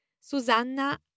Susanna